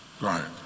right